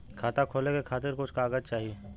खाता खोले के खातिर कुछ कागज चाही?